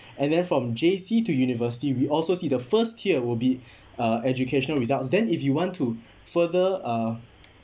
and then from J_C to university we also see the first tier will be uh educational results then if you want to further uh